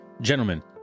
Gentlemen